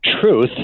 truth